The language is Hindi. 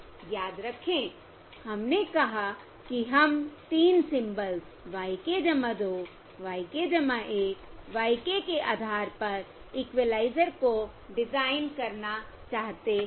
याद रखें हमने कहा कि हम 3 symbols y k 2 y k 1 y k के आधार पर इक्विलाइज़र को डिजाइन करना चाहते हैं